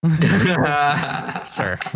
sir